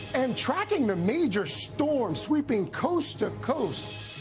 and tracking the major storm sweeping coast-to-coast,